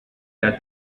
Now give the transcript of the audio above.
that